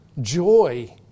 joy